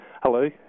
Hello